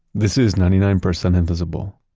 this is ninety nine percent invisible.